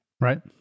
Right